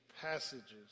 passages